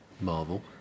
marvel